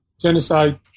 genocide